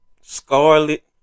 Scarlet